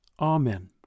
Amen